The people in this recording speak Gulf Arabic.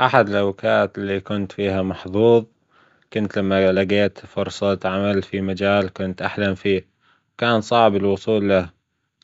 أحد الأوجات اللي كنت فيها محظوظ كنت لما لجيت فرصة عمل في مجال كنت أحلم فيه.، وكان صعب الوصول له